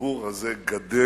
והציבור הזה גדל,